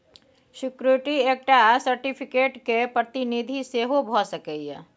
security एकटा certificate केर प्रतिनिधि सेहो भ सकैए